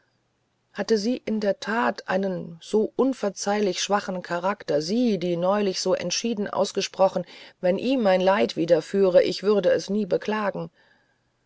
hatte sie in der that einen so unverzeihlich schwachen charakter sie die neulich so entschieden ausgesprochen wenn ihm ein leid widerführe ich würde es nie beklagen